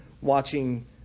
watching